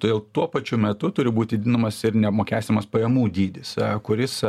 todėl tuo pačiu metu turi būti didinamas ir neapmokestinamas pajamų dydis kuris